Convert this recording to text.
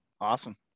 awesome